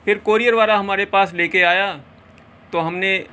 پھر کوریر والا ہمارے پاس لے کے آیا تو ہم نے